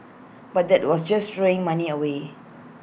but that was just throwing money away